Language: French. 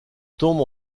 tombes